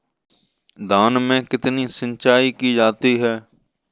धान में कितनी सिंचाई की जाती है?